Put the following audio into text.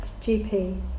GP